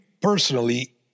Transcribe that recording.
personally